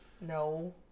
No